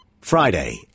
Friday